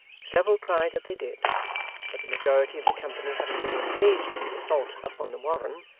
several cried that they did but the majority of the company having been engaged in the assault upon the warren,